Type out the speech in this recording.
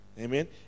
Amen